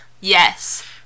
Yes